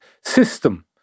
system